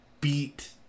beat